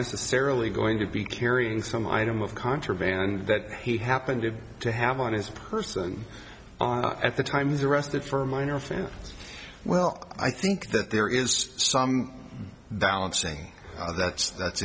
necessarily going to be carrying some item of contraband that he happened to have on his person at the time he's arrested for minor offense well i think that there is some balancing that's that's